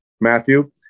Matthew